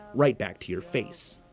right back to your face.